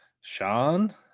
Sean